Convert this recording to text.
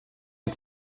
had